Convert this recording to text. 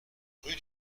rue